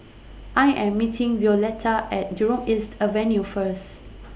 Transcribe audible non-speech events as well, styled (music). I Am meeting Violeta At Jurong East Avenue First (noise)